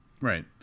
right